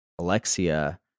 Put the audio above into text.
Alexia